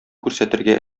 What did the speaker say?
күрсәтергә